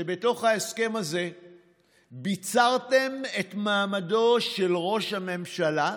שבתוך ההסכם הזה ביצרתם את מעמדו של ראש הממשלה.